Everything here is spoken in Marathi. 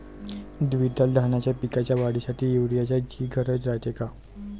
द्विदल धान्याच्या पिकाच्या वाढीसाठी यूरिया ची गरज रायते का?